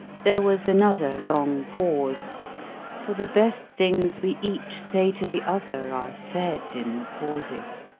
there was another long pause for the best things we each say to the other are said in the pauses.